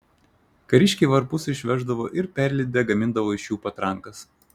kariškiai varpus išveždavo ir perlydę gamindavo iš jų patrankas